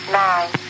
nine